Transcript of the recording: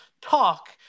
talk